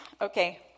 Okay